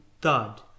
thud